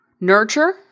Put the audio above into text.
nurture